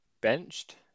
benched